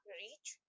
reach